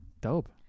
Dope